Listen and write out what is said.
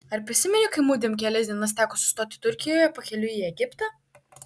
ar prisimeni kai mudviem kelias dienas teko sustoti turkijoje pakeliui į egiptą